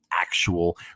actual